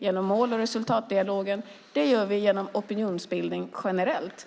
genom mål och resultatdialogen och genom opinionsbildning generellt.